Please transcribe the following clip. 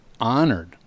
honored